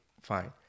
Fine